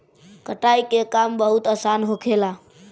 कटाई के काम बहुत आसान होखेला